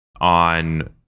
on